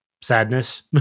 sadness